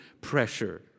pressure